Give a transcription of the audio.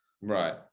Right